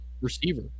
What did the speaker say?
receiver